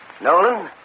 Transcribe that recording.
Nolan